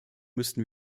müssten